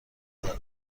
زده